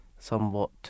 somewhat